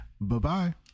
Bye-bye